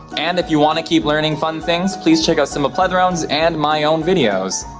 and if you wanna keep learning fun things, please check out some of plethrons, and my own videos.